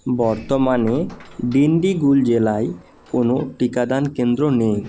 বর্তমানে ডিণ্ডিগুল জেলায় কোনও টিকাদান কেন্দ্র নেই